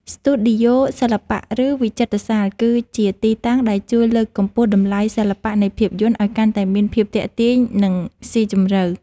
ស្ទូឌីយោសិល្បៈ ឬវិចិត្រសាល គឺជាទីតាំងដែលជួយលើកកម្ពស់តម្លៃសិល្បៈនៃភាពយន្តឱ្យកាន់តែមានភាពទាក់ទាញ និងស៊ីជម្រៅ។